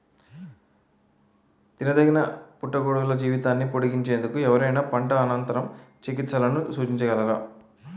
తినదగిన పుట్టగొడుగుల జీవితాన్ని పొడిగించేందుకు ఎవరైనా పంట అనంతర చికిత్సలను సూచించగలరా?